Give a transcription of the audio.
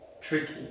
tricky